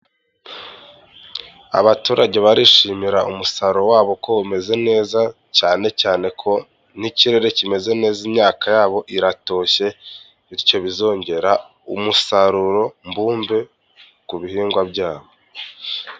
Abaturage barishimira umusaruro wabo ko umeze neza, cyane cyane ko n'ikirere kimeze neza, imyaka yabo iratoshye, bityo bizongera umusaruro mbumbe ku bihingwa byabo.